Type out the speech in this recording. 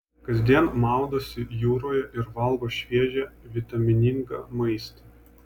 kasdien maudosi jūroje ir valgo šviežią vitaminingą maistą